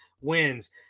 wins